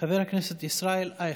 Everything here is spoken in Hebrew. חבר כנסת ישראל אייכלר.